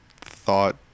thought